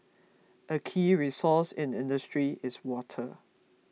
a key resource in industry is water